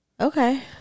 Okay